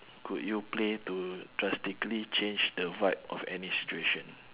could you play to drastically change the vibe of any situation